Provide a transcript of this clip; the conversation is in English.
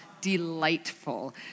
delightful